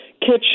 kitchen